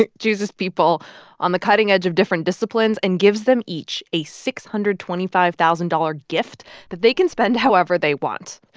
and chooses people on the cutting edge of different disciplines and gives them each a six hundred and twenty five thousand dollars gift that they can spend however they want.